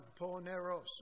poneros